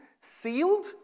sealed